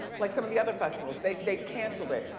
like some of the other festivals, they've they've canceled it,